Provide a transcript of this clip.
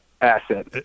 asset